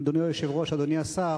אדוני היושב-ראש, אדוני השר,